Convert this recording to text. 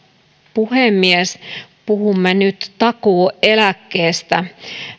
puhemies puhumme nyt takuueläkkeestä